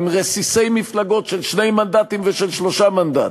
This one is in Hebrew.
עם רסיסי מפלגות של שני מנדטים ושל שלושה מנדטים,